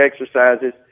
exercises